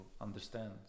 understand